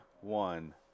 one